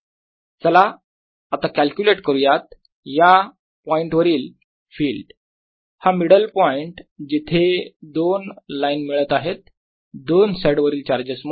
चला आता कॅल्क्युलेट करूयात या पॉईंट वरील फिल्ड हा मिडल पॉईंट जिथे दोन लाईन मिळत आहेत दोन साईड वरील चार्जेस मुळे